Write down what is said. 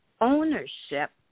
ownership